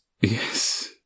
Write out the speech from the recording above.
yes